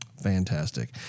Fantastic